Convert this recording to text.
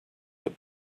that